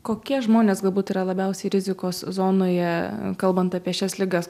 kokie žmonės galbūt yra labiausiai rizikos zonoje kalbant apie šias ligas